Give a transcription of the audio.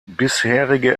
bisherige